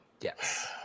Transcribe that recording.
Yes